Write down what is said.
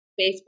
Facebook